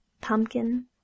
Pumpkin